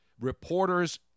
reporters